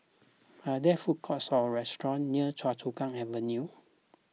are there food courts or restaurants near Choa Chu Kang Avenue